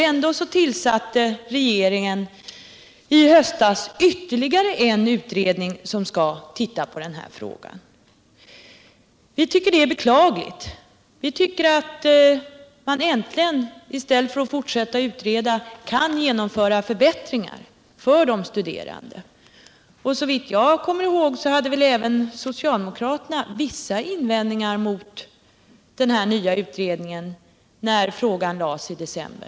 Ändå tillsatte regeringen i höstas ytterligare en utredning som skall se på frågan. Vi tycker det är beklagligt. Vi tycker att man nu äntligen i stället för att fortsätta att utreda kan genomföra förbättringar för de studerande. Om jag minns rätt hade även socialdemokraterna vissa invändningar mot den nya utredningen när frågan var aktuell i december.